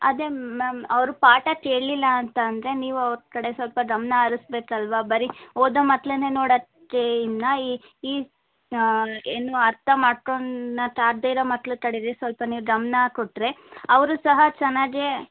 ಅದೇ ಮ್ಯಾಮ್ ಅವರು ಪಾಠ ಕೇಳಲಿಲ್ಲ ಅಂತ ಅಂದರೆ ನೀವು ಅವ್ರ ಕಡೆ ಸ್ವಲ್ಪ ಗಮನ ಹರ್ಸಬೇಕಲ್ವಾ ಬರೀ ಓದೋ ಮಕ್ಕಳನ್ನೇ ನೋಡೋಕ್ಕೆ ಇನ್ನಾ ಈ ಈ ಏನು ಅರ್ಥ ಮಾಡ್ಕೊಳ್ಳಕಾಗ್ದೇ ಇರೋ ಮಕ್ಕಳ ಕಡೆಗೆ ಸ್ವಲ್ಪ ನೀವು ಗಮನ ಕೊಟ್ಟರೆ ಅವರೂ ಸಹ ಚೆನ್ನಾಗೇ